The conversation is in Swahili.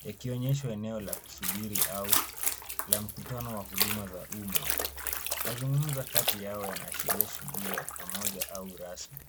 yakionyesha eneo la kusubiri au la mkutano wa huduma za uma. Mazungumzo kati yao yana ashiria shughuli ya pamoja au rasmi.